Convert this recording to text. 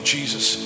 Jesus